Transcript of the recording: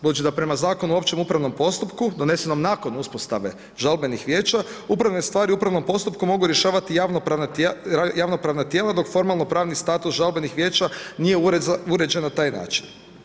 Budući da prema Zakonu o općem upravnom postupku donesenog nakon uspostave žalbenih vijeća upravne stvari u upravnom postupku mogu rješavati javnopravna tijela dok formalnopravnih status žalbenih vijeća nije uređen na taj način.